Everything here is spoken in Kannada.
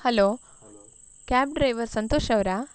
ಹಲೋ ಕ್ಯಾಬ್ ಡ್ರೈವರ್ ಸಂತೋಷ್ ಅವರಾ